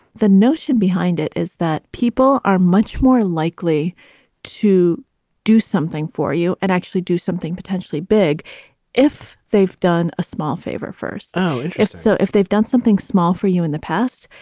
the notion behind it is that people are much more likely to do something for you and actually do something potentially big if they've done a small favor first. so and if so, if they've done something small for you in the past,